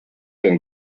and